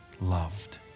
loved